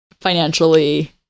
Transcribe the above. financially